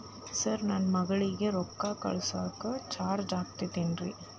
Sir ನನ್ನ ಮಗಳಗಿ ರೊಕ್ಕ ಕಳಿಸಾಕ್ ಚಾರ್ಜ್ ಆಗತೈತೇನ್ರಿ?